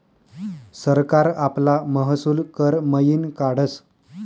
सरकार आपला महसूल कर मयीन काढस